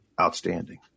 outstanding